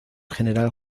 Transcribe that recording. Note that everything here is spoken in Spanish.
general